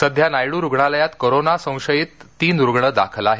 सध्या नायडू रुग्णालयात कोरोना संशयित तीन रुग्ण दाखल आहेत